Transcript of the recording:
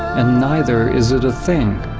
and neither is it a thing.